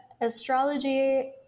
astrology